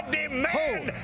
demand